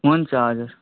हुन्छ हजुर